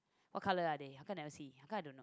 what color are they how can never see how come I don't